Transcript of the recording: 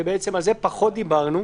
שעליהם פחות דיברנו.